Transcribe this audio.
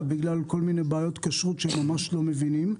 בגלל כל מיני בעיות כשרות שהם ממש לא מבינים.